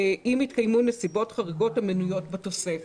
"אם התקיימו נסיבות חריגות המנויות בתוספת".